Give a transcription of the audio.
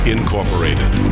Incorporated